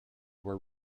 were